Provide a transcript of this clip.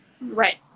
Right